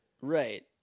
Right